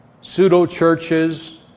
pseudo-churches